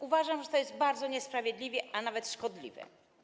Uważam, że to jest bardzo niesprawiedliwe, a nawet szkodliwe.